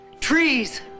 Trees